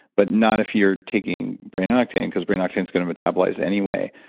but not if you're taking brain octane because brain octane is going to metabolize anyway.